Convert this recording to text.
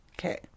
Okay